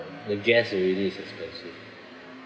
the guest already is expensive